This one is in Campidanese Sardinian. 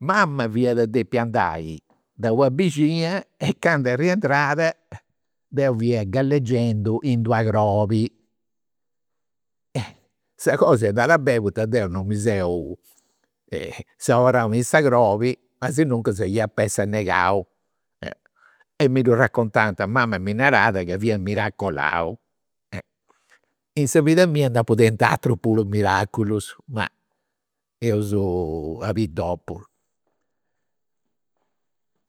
Mama fiat depia andai de una bixina e candu est rientrada deu fia gallegendi in d'una crobi. Sa cosa est andada beni poita deu non mi seu, seu abarrau in sa crobi asinuncas ap'essi annegau. E mi ddu raccontant, mama mi narat ca fia miracolau. In sa vida mia nd'apu tentu aterus puru miraculus, ma eus a biri dopu.